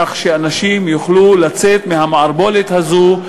כך שאנשים יוכלו לצאת מהמערבולת הזאת,